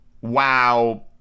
Wow